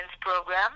program